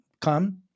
come